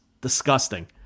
Disgusting